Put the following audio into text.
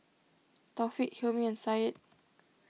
Taufik Hilmi and Syed